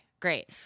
Great